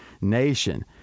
nation